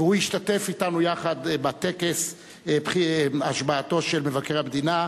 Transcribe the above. והוא השתתף אתנו יחד בטקס השבעתו של מבקר המדינה,